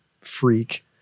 freak